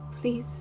Please